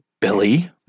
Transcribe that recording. Billy